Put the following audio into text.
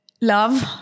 love